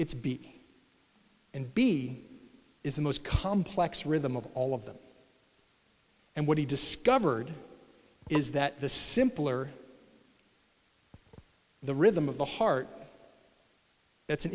it's b and b is the most complex rhythm of all of them and what he discovered is that the simpler the rhythm of the heart that's an